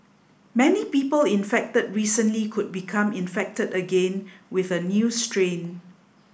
many people infected recently could become infected again with a new strain